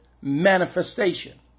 manifestation